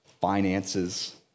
finances